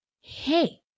hey